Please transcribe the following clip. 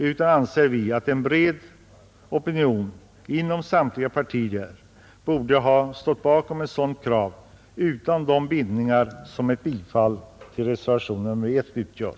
Vi anser att en bred opinion inom samtliga partier borde ha stått bakom ett sådant krav utan de bindningar som ett bifall till reservationen I utgör.